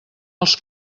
els